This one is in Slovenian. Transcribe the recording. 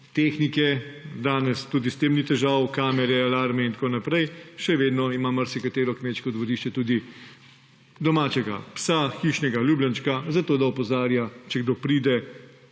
tehnike. Danes tudi s tem ni težav, kamere, alarmi in tako naprej, še vedno ima marsikatero kmečko dvorišče tudi domačega psa, hišnega ljubljenčka, zato da opozarja, če pride